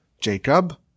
Jacob